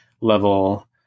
level